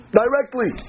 directly